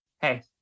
hey